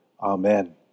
Amen